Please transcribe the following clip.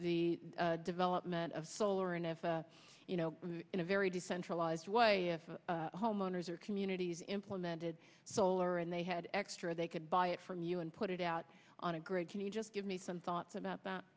the development of solar and if you know in a very decentralized way if homeowners or communities implemented solar and they had extra they could buy it from you and put it out on a great can you just give me some thoughts about that